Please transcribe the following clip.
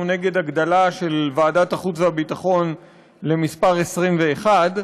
נגד הגדלה של ועדת החוץ והביטחון למספר 21,